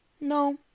no